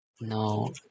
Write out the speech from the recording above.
no